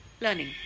learning